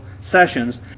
sessions